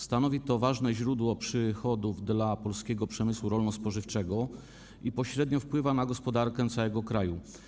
Stanowi to ważne źródło przychodów dla polskiego przemysłu rolno-spożywczego i pośrednio wpływa na gospodarkę całego kraju.